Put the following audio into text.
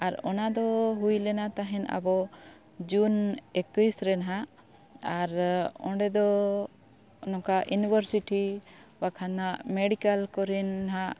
ᱟᱨ ᱚᱱᱟᱫᱚ ᱦᱩᱭ ᱞᱮᱱᱟ ᱛᱟᱦᱮᱱ ᱟᱵᱚ ᱡᱩᱱ ᱮᱠᱩᱭᱥ ᱨᱮ ᱦᱟᱸᱜ ᱟᱨ ᱚᱸᱰᱮᱫᱚ ᱱᱚᱝᱠᱟ ᱤᱭᱩᱱᱤᱵᱷᱟᱨᱥᱤᱴᱤ ᱵᱟᱠᱷᱟᱱ ᱢᱮᱰᱤᱠᱮᱞ ᱠᱚᱨᱮᱱ ᱦᱟᱸᱜ